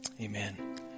Amen